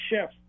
chef